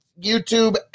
YouTube